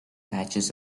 patches